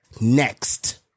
next